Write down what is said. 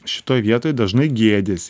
šitoj vietoj dažnai gėdijasi